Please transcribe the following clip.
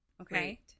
Okay